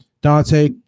Dante